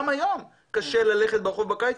גם היום קשה ללכת ברחוב בקיץ.